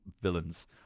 villains